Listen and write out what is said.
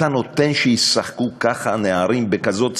אתה נותן שישחקו ככה הנערים בכזאת ציניות?